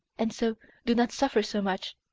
and so do not suffer so much,